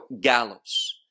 gallows